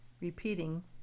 Repeating